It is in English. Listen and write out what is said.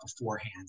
beforehand